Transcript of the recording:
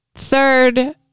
Third